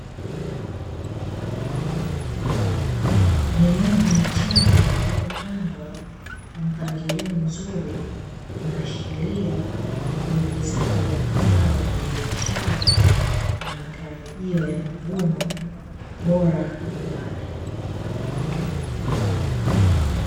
Migomba michanga iliyopandwa kwa mpangilio mzuri, inaashiria uwekezaji wa mazao ya biashara na matarajio ya mavuno bora hapo baadaye.